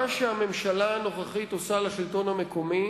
מה שהממשלה הנוכחית עושה לשלטון המקומי